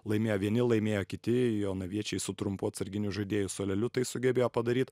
laimėjo vieni laimėjo kiti jonaviečiai su trumpu atsarginių žaidėjų suoleliu tai sugebėjo padaryt